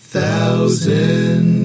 Thousand